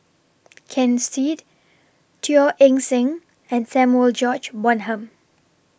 Ken Seet Teo Eng Seng and Samuel George Bonham